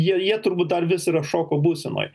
jie jie turbūt dar vis yra šoko būsenoj